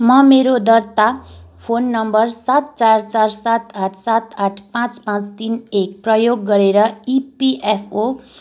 म मेरो दर्ता फोन नम्बर सात चार चार सात आठ सात आठ पाँच पाँच तिन एक प्रयोग गरेर इपिएफओ